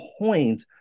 point